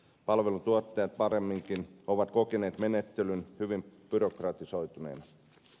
palveluntuottajat paremminkin ovat kokeneet menettelyn hyvin byrokratisoituneena